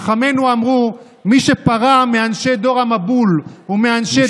חכמינו אמרו: מי שפרע מאנשי דור המבול ומאנשי